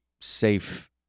safe